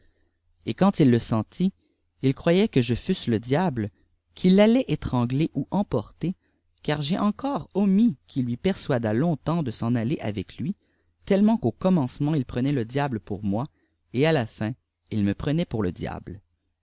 et quand il le sentit il croyait que je fasse le diable qui i'allait étrangler ou emporter car j'ai éflcéfreiirtlisâtt'tt hii persuada longtemps de s'en aller avefe liri îettêméht krt'sti commencement il prenait e diable pour niti cil à là fiîi il iâèr prenait pour le diable